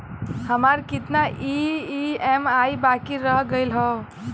हमार कितना ई ई.एम.आई बाकी रह गइल हौ?